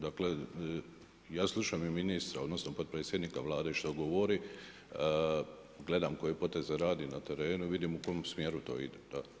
Dakle ja slušam i ministra odnosno potpredsjednika Vlade što govori, gledam koje poteze radi na terenu i vidim u kom smjeru to ide.